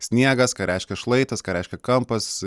sniegas ką reiškia šlaitas ką reiškia kampas